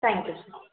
thank you sir